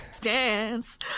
Dance